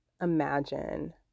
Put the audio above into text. imagine